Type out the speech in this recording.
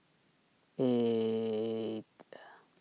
eight